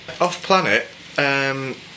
Off-planet